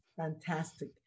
Fantastic